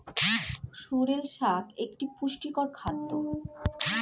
sorrel শাক একটি পুষ্টিকর খাদ্য